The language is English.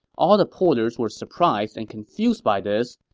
all the porters were surprised and confused by this,